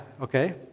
okay